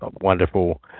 wonderful